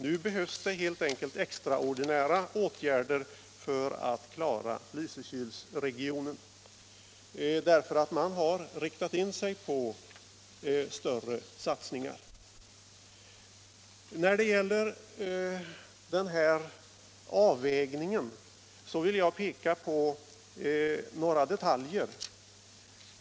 Nu behövs helt enkelt extraordinära åtgärder för att klara Lysekilsregionen. Man har nämligen riktat in sig på större satsningar. När det gäller avvägningen vill jag peka på några detaljer.